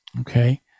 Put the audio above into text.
Okay